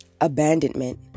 abandonment